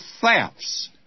thefts